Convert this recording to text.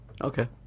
Okay